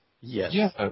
Yes